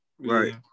Right